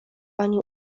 ani